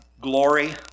glory